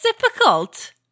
difficult